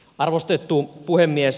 arvostettu puhemies